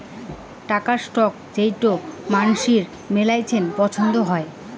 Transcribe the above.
টাকার স্টক যেইটো মানসির মেলাছেন পছন্দ হই